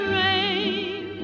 rain